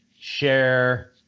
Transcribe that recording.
share